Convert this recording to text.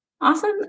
Awesome